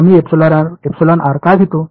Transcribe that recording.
आम्ही का घेतो